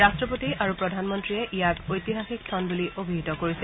ৰাট্টপতি আৰু প্ৰধানমন্ত্ৰীয়ে ইয়াক ঐতিহাসিক ক্ষণ বুলি অভিহিত কৰিছে